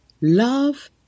Love